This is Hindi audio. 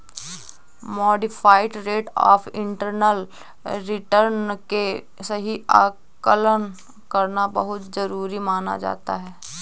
modified rate of internal return के सही आकलन करना बहुत जरुरी माना जाता है